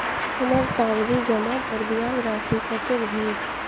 हमर सावधि जमा पर ब्याज राशि कतेक भेल?